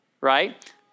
Right